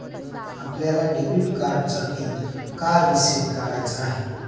आपल्याला डेबिट कार्डचा पिन का रिसेट का करायचा आहे?